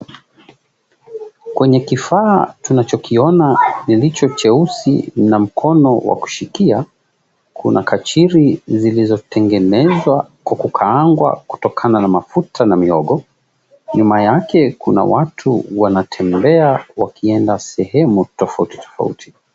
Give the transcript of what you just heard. Kwenye kifaa tunachokiona kilicho cheusi ina mkono wa kushikia. Kuna kachiri zilizotengenezwa kwa kukaangua kutokana na mafuta na mihogo. Nyuma yake kuna watu wanatembea wakienda sehemu tofauti tofauti.